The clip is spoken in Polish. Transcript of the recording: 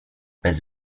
bez